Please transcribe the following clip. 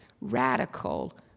radical